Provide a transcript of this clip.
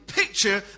picture